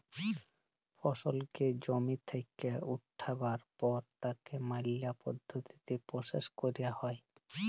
ফসলকে জমি থেক্যে উঠাবার পর তাকে ম্যালা পদ্ধতিতে প্রসেস ক্যরা হ্যয়